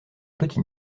petit